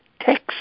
text